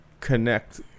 connect